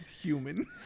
Human